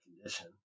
condition